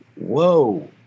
whoa